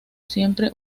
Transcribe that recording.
siempre